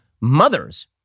mothers